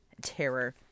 Terror